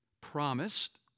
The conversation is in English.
promised